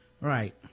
Right